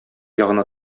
ягына